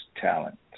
talent